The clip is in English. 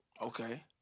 Okay